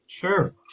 Sure